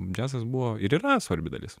džiazas buvo ir yra svarbi dalis